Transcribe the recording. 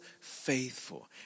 faithful